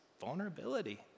vulnerability